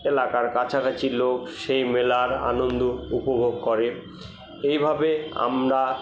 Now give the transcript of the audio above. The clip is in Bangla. এলাকার কাছাকাছি লোক সে মেলার আনন্দ উপভোগ করে এইভাবে আমরা